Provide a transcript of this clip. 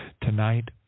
Tonight